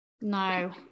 no